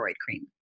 cream